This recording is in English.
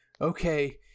okay